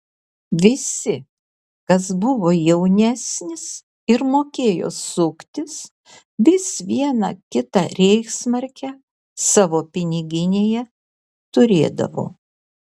visi kas buvo jaunesnis ir mokėjo suktis vis vieną kitą reichsmarkę savo piniginėje turėdavo